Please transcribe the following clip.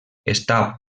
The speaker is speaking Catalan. està